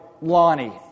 Lonnie